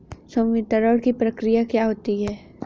संवितरण की प्रक्रिया क्या होती है?